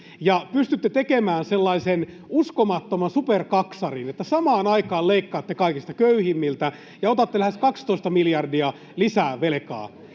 pystytte tekemään sellaisen uskomattoman superkaksarin, että samaan aikaan leikkaatte kaikista köyhimmiltä ja otatte lähes 12 miljardia lisää velkaa.